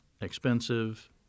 expensive